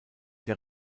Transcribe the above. der